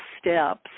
steps